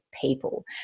people